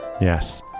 Yes